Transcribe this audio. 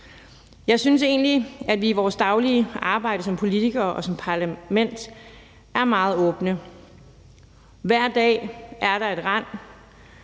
Jeg synes egentlig, at vi i vores daglige arbejde som politikere og som parlament er meget åbne. Hver dag er der et rend